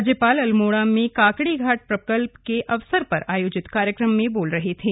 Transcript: राज्यपाल अल्मोड़ा में काकड़ीघाट प्रकल्प के अवसर पर आयोजित कार्यक्रम में बोल रहे थे